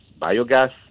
biogas